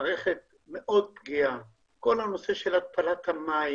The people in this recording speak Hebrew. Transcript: מערכת מאוד פגיעה כל המערכת של התפלת המים